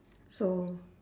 so